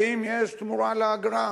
האם יש תמורה לאגרה,